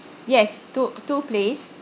yes two two please